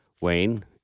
Wayne